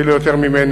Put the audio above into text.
אפילו יותר ממני,